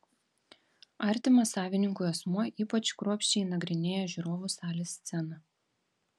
artimas savininkui asmuo ypač kruopščiai nagrinėja žiūrovų salės sceną